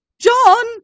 John